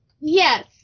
Yes